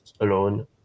alone